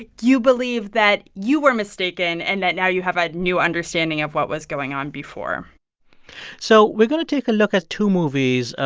ah you believe that you were mistaken and that now you have a new understanding of what was going on before so we're going to take a look at two movies,